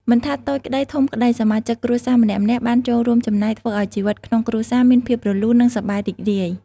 មិនថាតូចក្តីធំក្តី សមាជិកគ្រួសារម្នាក់ៗបានចូលរួមចំណែកធ្វើឲ្យជីវិតក្នុងគ្រួសារមានភាពរលូន និងសប្បាយរីករាយ។